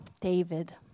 David